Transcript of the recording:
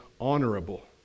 honorable